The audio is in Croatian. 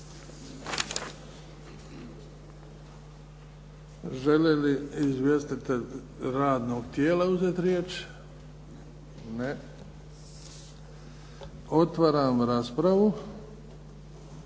Želi li izvjestitelj radnog tijela uzeti riječ? Ne. Otvaram raspravu.